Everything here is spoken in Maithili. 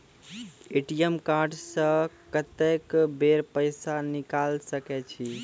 ए.टी.एम कार्ड से कत्तेक बेर पैसा निकाल सके छी?